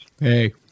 Hey